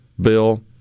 bill